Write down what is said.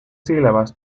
sílabas